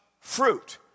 fruit